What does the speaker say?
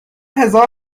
هزار